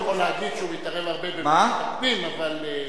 יכול להגיד שהוא מתערב הרבה במשרד הפנים, אבל,